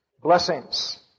Blessings